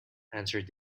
answered